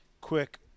quick